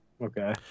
Okay